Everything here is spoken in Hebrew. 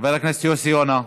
חבר הכנסת יוסי יונה,